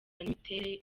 n’imiterere